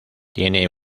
tiene